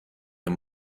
اون